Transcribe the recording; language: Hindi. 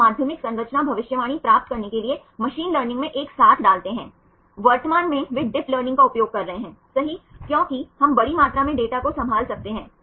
अल्फा हेलिक्स मुख्य श्रृंखला में i और i चौथे अवशेषों के CO और NH परमाणुओं के बीच हाइड्रोजन बांड द्वारा बनता है